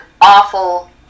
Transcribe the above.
awful